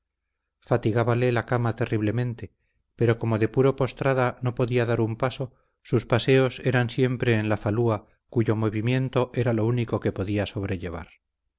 extraordinaria fatigábale la cama terriblemente pero como de puro postrada no podía dar un paso sus paseos eran siempre en la falúa cuyo movimiento era lo único que podía sobrellevar